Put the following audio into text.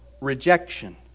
rejection